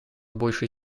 большей